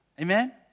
Amen